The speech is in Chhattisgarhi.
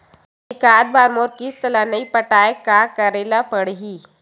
एकात बार मोर किस्त ला नई पटाय का करे ला पड़ही?